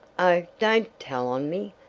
oh, don't tell on me!